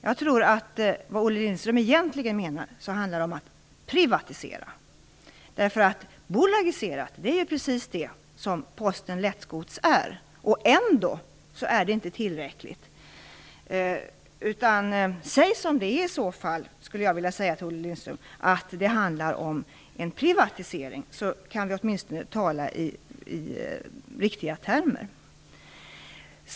Jag tror att vad Olle Lindström egentligen menar är att man skall privatisera, därför att Posten Lättgods är just bolagiserat och ändå är det inte tillräckligt. Säg som det är, Olle Lindström, att det handlar om en privatisering, så att vi åtminstone kan tala i riktiga termer.